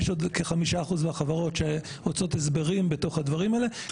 יש עוד כ-5% מהחברות שרוצות הסברים בתוך הדברים האלה כי